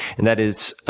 and that is